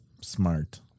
smart